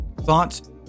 thoughts